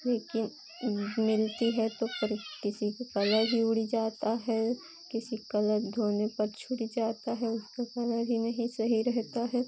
लेकिन मिलती है तो किसी का कलर ही उड़ जाता है किसी क कलर धोने पर छूट जाता है उसका कलर ही नहीं सही रहता है